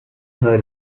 her